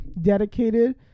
dedicated